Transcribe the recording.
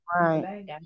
Right